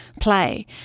play